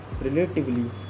relatively